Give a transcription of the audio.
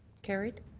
carried.